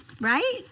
Right